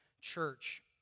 Church